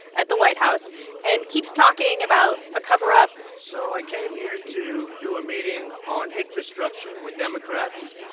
at the white house and keeps talking about a cover-up so i came here to do a meeting on infrastructure with democrats,